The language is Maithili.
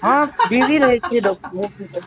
हँ बीजी रहैत छी